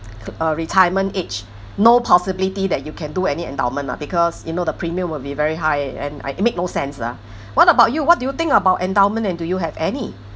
uh retirement age no possibility that you can do any endowment lah because you know the premium will be very high and I it make no sense lah what about you what do you think about endowment and do you have any